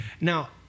Now